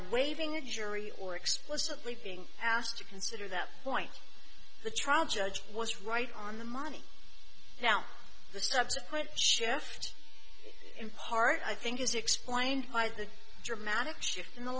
the jury or explicitly being asked to consider that point the trial judge was right on the money now the subsequent shift in part i think is explained by the dramatic shift in the